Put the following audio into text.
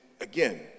again